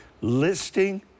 listing